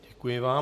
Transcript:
Děkuji vám.